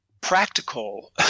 practical